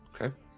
Okay